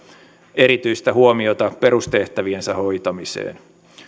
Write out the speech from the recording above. erityistä huomiota perustehtäviensä hoitamiseen